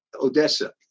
Odessa